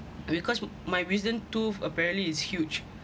because my wisdom tooth apparently is huge